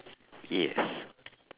yes